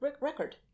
record